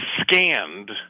scanned